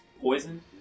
poison